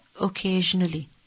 occasionally